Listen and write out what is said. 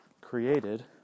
created